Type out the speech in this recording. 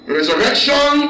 Resurrection